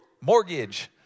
Mortgage